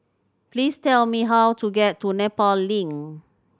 please tell me how to get to Nepal Link